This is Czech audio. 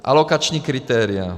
Alokační kritéria.